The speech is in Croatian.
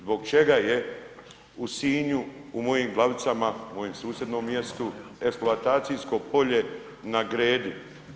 Zbog čega je u Sinju, u mojim Glavicama, mojem susjednom mjestu eksploatacijsko polje na Gredi?